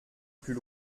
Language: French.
plus